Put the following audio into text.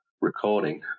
recording